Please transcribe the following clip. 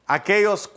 aquellos